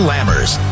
Lammers